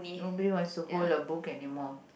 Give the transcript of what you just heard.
nobody wants to hold a book anymore